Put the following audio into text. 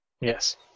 Yes